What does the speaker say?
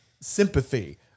sympathy